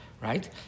right